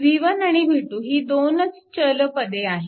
v1 आणि v2 ही दोनच चल पदे आहेत